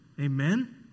Amen